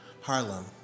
Harlem